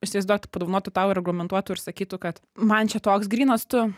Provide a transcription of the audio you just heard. isivaizduok padovanotų tau ir argumentuotų ir sakytų kad man čia toks grynas tu